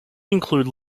include